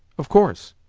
of course.